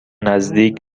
نزدیک